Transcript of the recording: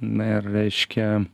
na ir reiškia